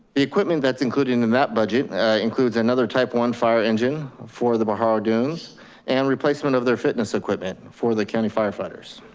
equipment that's included in in that budget includes another type one fire engine for the pajaro dunes and replacement of their fitness equipment for the county firefighters.